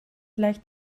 leicht